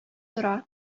тора